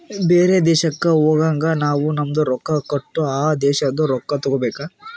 ಬೇರೆ ದೇಶಕ್ ಹೋಗಗ್ ನಾವ್ ನಮ್ದು ರೊಕ್ಕಾ ಕೊಟ್ಟು ಆ ದೇಶಾದು ರೊಕ್ಕಾ ತಗೋಬೇಕ್